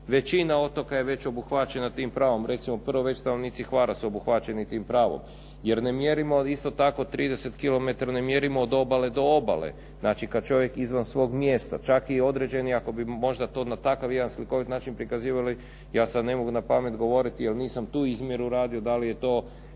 većina otoka je već obuhvaćena tim pravom. Recimo prvo već stanovnici Hvara su obuhvaćeni tim pravom, jer ne mjerimo isto tako 30 kilometara, ne mjerimo od obale do obale. Znači kad čovjek izvan svog mjesta, čak i određeni, ako bi možda to na takav jedan slikovit način prikazivali, ja sad ne mogu napamet govoriti, jer nisam tu izmjeru radio, da li je to